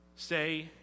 Say